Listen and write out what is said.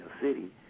city